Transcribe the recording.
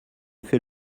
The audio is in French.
fait